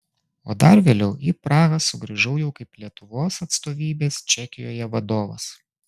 o dar vėliau į prahą sugrįžau jau kaip lietuvos atstovybės čekijoje vadovas